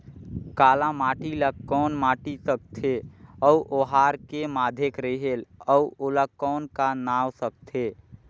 काला माटी ला कौन माटी सकथे अउ ओहार के माधेक रेहेल अउ ओला कौन का नाव सकथे?